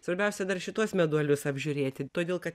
svarbiausia dar šituos meduolius apžiūrėti todėl kad